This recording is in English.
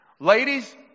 Ladies